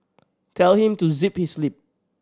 tell him to zip his lip